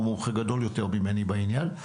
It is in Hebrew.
הוא מומחה גדול יותר ממני בעניין,